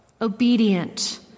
obedient